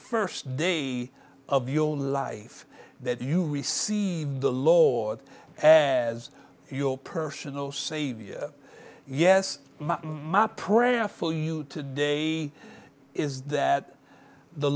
first day of your life that you receive the law as your personal savior yes my prayer for you to day is that the